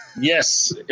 Yes